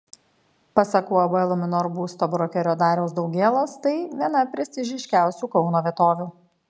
pasak uab luminor būsto brokerio dariaus daugėlos tai viena prestižiškiausių kauno vietovių